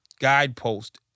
guidepost